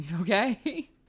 okay